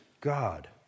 God